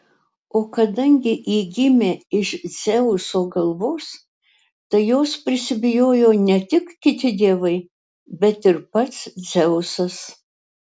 o kadangi ji gimė iš dzeuso galvos tai jos prisibijojo ne tik kiti dievai bet ir pats dzeusas